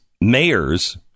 mayors